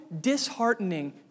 disheartening